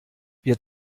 wir